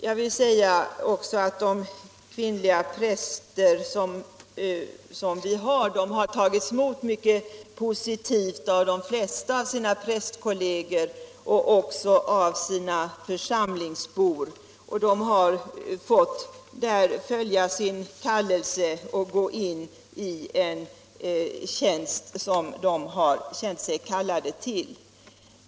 Jag vill också säga att de kvinnliga präster, som vi nu har, har tagits emot mycket positivt av de flesta av sina manliga prästkolleger och även av sina församlingsbor. De har fått följa sin kallelse och gå in i en tjänst som de har känt sig kallade till.